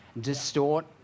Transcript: distort